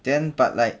then but like